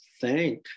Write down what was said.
thank